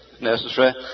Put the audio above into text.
necessary